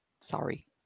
sorry